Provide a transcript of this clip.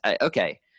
okay